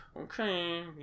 okay